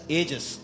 ages